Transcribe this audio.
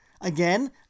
Again